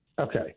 Okay